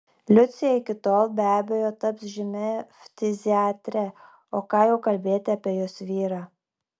liucija iki tol be abejo taps žymia ftiziatre o ką jau kalbėti apie jos vyrą